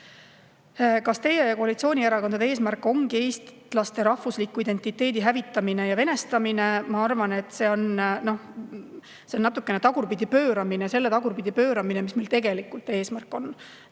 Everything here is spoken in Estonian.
"Kas teie ja koalitsioonierakondade eesmärk ongi eestlaste rahvusliku identiteedi hävitamine ja venestamine?" Ma arvan, et see on natuke tagurpidi pööramine – selle tagurpidi pööramine, mis tegelikult meie eesmärk on.